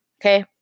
Okay